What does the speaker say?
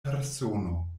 persono